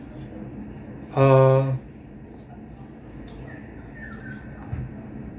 uh